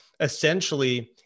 essentially